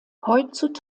heutzutage